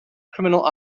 criminal